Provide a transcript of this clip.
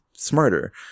smarter